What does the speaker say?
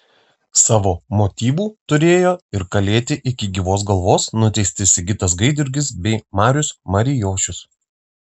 savo motyvų turėjo ir kalėti iki gyvos galvos nuteisti sigitas gaidjurgis bei marius marijošius